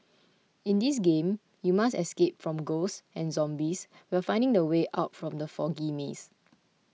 in this game you must escape from ghosts and zombies while finding the way out from the foggy maze